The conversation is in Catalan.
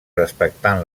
respectant